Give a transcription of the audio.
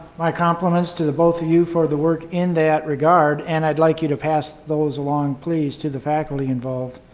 my compliments to the both of you for the work in that regard and i'd like you to pass those along, please, to the faculty involved.